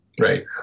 Right